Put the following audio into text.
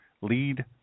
lead